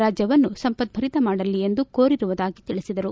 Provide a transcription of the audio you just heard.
ರಾಜ್ಜವನ್ನು ಸಂಪತ್ವರಿತ ಮಾಡಲಿ ಎಂದು ಕೋರಿರುವುದಾಗಿ ತಿಳಿಸಿದರು